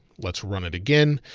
let's run it again.